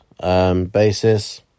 basis